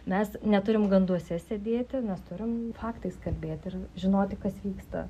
mes neturim ganduose sėdėti mes turim faktais kalbėti ir žinoti kas vyksta